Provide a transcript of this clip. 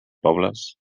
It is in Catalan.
pobles